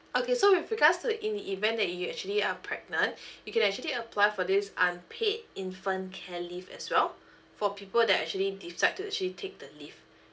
okay so with regards to in the event that you actually are pregnant you can actually apply for this unpaid infant care leave as well for people that're actually decide to actually take the leave